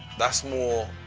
that's more.